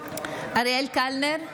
אריאל קלנר,